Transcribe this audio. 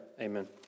amen